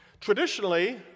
Traditionally